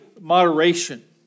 moderation